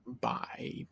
Bye